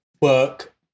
work